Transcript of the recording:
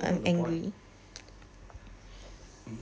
that's not the point mm